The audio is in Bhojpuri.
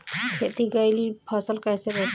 खेती कईल फसल कैसे बचाई?